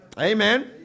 Amen